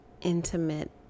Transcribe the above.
intimate